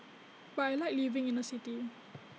but I Like living in A city